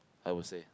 I will say